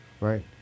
right